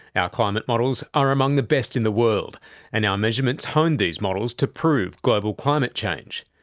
our climate models are among the best in the world and our measurements honed these models to prove global climate change.